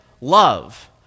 love